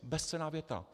Bezcenná věta.